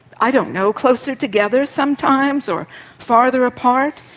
i don't know, closer together sometimes, or farther apart?